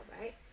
right